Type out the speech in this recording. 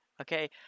Okay